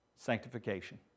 Sanctification